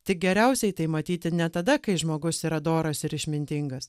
tik geriausiai tai matyti ne tada kai žmogus yra doras ir išmintingas